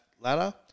ladder